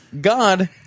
God